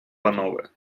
панове